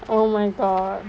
oh my god